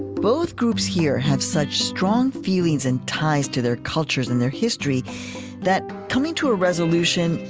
both groups here have such strong feelings and ties to their cultures and their history that, coming to a resolution,